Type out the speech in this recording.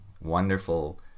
Wonderful